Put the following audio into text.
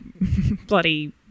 bloody